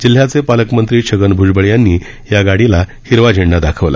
जिल्ह्याचे पालकमंत्री छगन भ्जबळ यांनी या गाडीला हिरवा झेंडा दाखवला